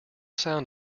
sound